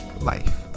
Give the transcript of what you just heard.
life